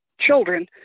children